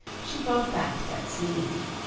she brought back that sleeve.